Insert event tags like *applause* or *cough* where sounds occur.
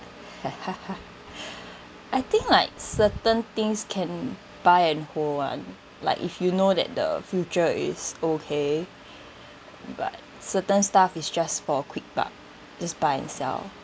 *laughs* I think like certain things can buy and hold [one] like if you know that the future is okay but certain stuff is just for a quick buck just buy and sell